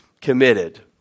committed